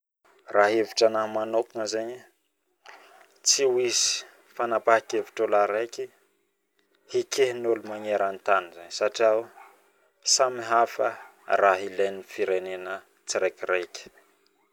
Rah aminy hevitra anahy manokagna zaigny tsy hoisy ny fanapahankevitra olo araiky ikehiny olo magnerantany satria samihafa raha ilainy firerena tsiraikiraiky